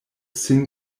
sin